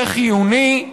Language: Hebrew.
זה חיוני,